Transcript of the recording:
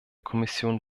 kommission